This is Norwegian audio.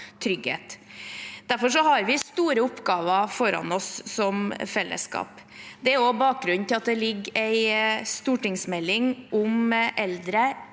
Derfor har vi store oppgaver foran oss som fellesskap. Det er også bakgrunnen for at det nå i Stortinget ligger